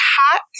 hot